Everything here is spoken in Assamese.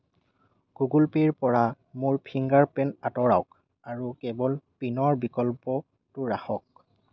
গুগল পে'ৰ পৰা মোৰ ফিংগাৰ প্ৰিণ্ট আঁতৰাওক আৰু কেৱল পিনৰ বিকল্পটো ৰাখক